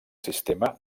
sistema